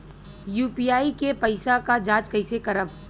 UPI के पैसा क जांच कइसे करब?